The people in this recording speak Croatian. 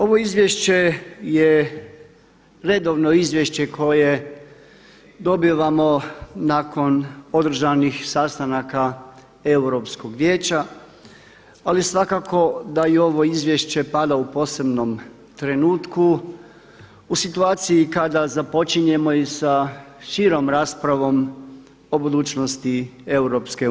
Ovo izvješće je redovno izvješće koje dobivamo nakon održanih sastanaka Europskog vijeća ali svakako da i ovo izvješće pada u posebnom trenutku u situaciji kada započinjemo i sa širom raspravom o budućnosti EU.